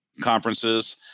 conferences